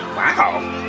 wow